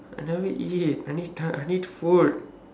I never eat I need I need food